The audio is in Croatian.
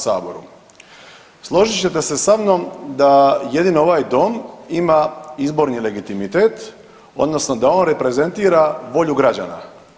Složit ćete se sa mnom da jedino ovaj dom ima izborni legitimitet odnosno da on reprezentira volju građana.